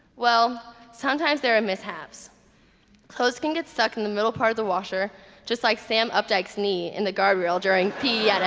well, sometimes there are mishaps clothes can get stuck in the middle part of the washer just like sam updike's knee in the guard rail during pe yeah